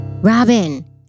robin